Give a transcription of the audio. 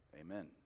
Amen